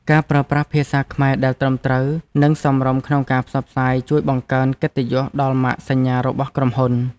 ការប្រើប្រាស់ភាសាខ្មែរដែលត្រឹមត្រូវ និងសមរម្យក្នុងការផ្សព្វផ្សាយជួយបង្កើនកិត្តិយសដល់ម៉ាកសញ្ញារបស់ក្រុមហ៊ុន។